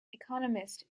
economist